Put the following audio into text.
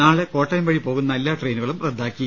നാളെ കോട്ടയം വഴി പോകുന്ന എല്ലാ ട്രെയിനുകളും റദ്ദാക്കി